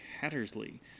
Hattersley